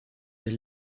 des